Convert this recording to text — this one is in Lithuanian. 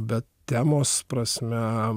bet temos prasme